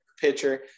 pitcher